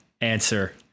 answer